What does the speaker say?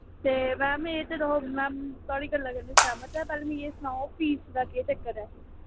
ते मैम एह् ते तुआढ़ी गल्लै कन्नै सैह्मत आं पर मिगी एह् सनाओ फीस दा केह् चक्कर ऐ